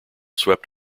swept